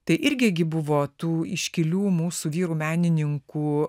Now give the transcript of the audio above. tai irgi buvo tų iškilių mūsų vyrų menininkų